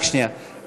רק שנייה.